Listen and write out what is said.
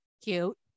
Cute